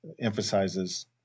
emphasizes